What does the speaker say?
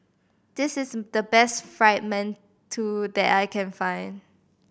this is the best Fried Mantou that I can find